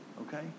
okay